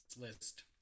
list